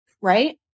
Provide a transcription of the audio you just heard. right